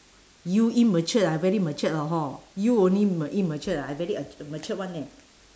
you immature ah I very matured orh hor you only m~ immatured ah I very uh matured [one] leh